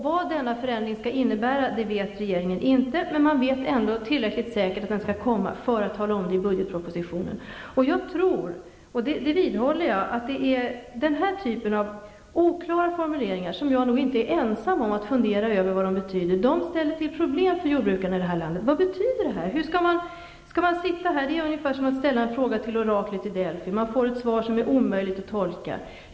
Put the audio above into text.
Vad denna förändring skall innebära vet regeringen inte, men man vet ändå tillräckligt säkert att den skall komma för att tala om det i budgetpropositionen. Jag vidhåller att den här typen av oklara formuleringar -- som jag nog inte är ensam om att fundera över vad de betyder -- ställer till problem för jordbrukarna i det här landet. Vad betyder detta? Det är ungefär som att ställa en fråga till oraklet i Delfi; man får ett svar som är omöjligt att tolka.